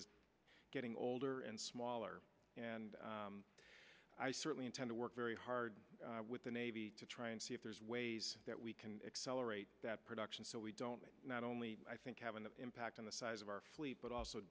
is getting older and smaller and i certainly intend to work very hard with the navy to try and see if there's ways that we can accelerate that production so we don't not only i think have an impact on the size of our fleet but also